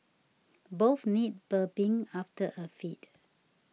both need burping after a feed